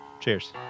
Cheers